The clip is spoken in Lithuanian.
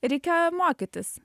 reikia mokytis